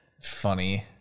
Funny